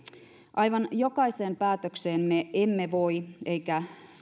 aivan jokaiseen päätökseen me emme voi eikä